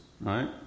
right